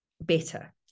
better